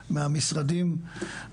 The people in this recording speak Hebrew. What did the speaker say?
מהמשרדים.